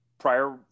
Prior